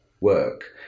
work